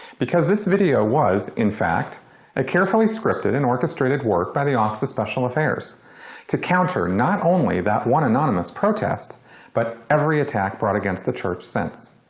because this video was, in fact a carefully scripted and orchestrated work by the office of special affairs to counter not only that one anonymous protest but every attack brought against the church since